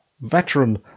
veteran